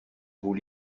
vous